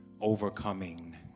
overcoming